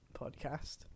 podcast